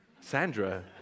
Sandra